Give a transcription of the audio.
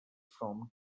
from